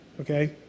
Okay